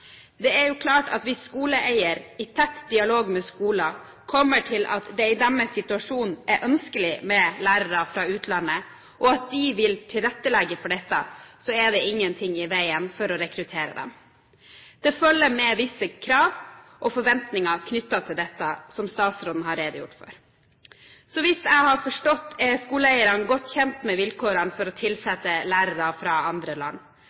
Det er klart at hvis skoleeier i tett dialog med skolene kommer til at det i deres situasjon er ønskelig med lærere fra utlandet, og at de vil tilrettelegge for dette, så er det ingenting i veien for å rekruttere dem. Det følger med visse krav og forventninger knyttet til dette, som statsråden har redegjort for. Så vidt jeg har forstått, er skoleeierne godt kjent med vilkårene for å tilsette lærere fra andre land.